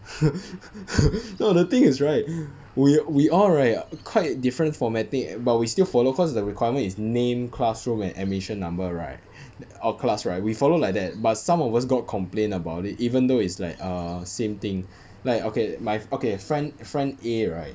no the thing is right we we all right quite different formatting but we still follow cause the requirement is name classroom and admission number right our class right we follow like that but some of us got complain about it even though is like err same thing like okay my okay friend friend A right